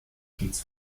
stets